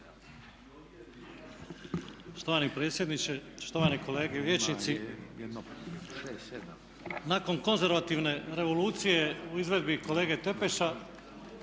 Štovani predsjedniče, štovane kolege vijećnici nakon konzervativne revolucije u izvedbi kolege Tepeša